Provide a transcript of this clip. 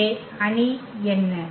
எனவே அணி என்ன